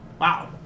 Wow